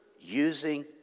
using